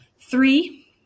three